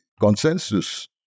consensus